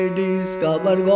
discover